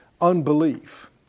unbelief